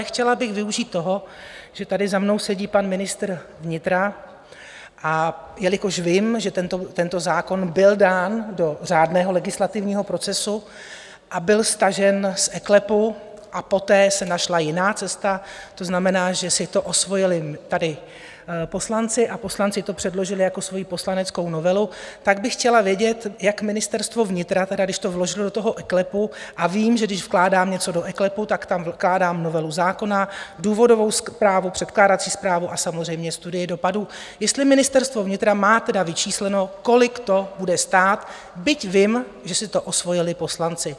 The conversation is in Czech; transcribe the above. Chtěla bych využít toho, že tady za mnou sedí pan ministr vnitra, a jelikož vím, že tento zákon byl dán do řádného legislativního procesu a byl stažen z eKLEPu a poté se našla jiná cesta, to znamená, že si to osvojili tady poslanci a poslanci to předložili jako svoji poslaneckou novelu, tak bych chtěla vědět, jak Ministerstvo vnitra, když to vložilo do toho eKLEPu, a vím, že když vkládám něco do eKLEPu, dokládám novelu zákona, důvodovou zprávu, předkládací zprávu a samozřejmě studii dopadů, jestli Ministerstvo vnitra má vyčísleno, kolik to bude stát, byť vím, že si to osvojili poslanci.